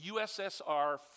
USSR